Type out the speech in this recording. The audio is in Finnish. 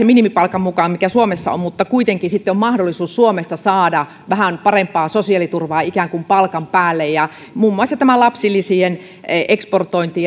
minimipalkan mukaan mikä suomessa on mutta kuitenkin sitten on mahdollisuus suomesta saada vähän parempaa sosiaaliturvaa ikään kuin palkan päälle on muun muassa tämä lapsilisien eksportointi